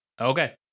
Okay